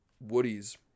Woody's